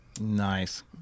Nice